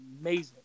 amazing